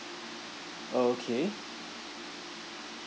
okay